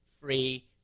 free